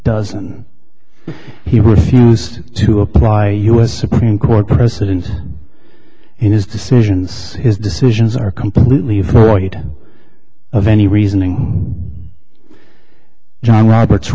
doesn't he refused to apply us supreme court precedent in his decisions his decisions are completely avoided of any reasoning john roberts